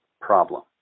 problem